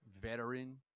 veteran